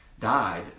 died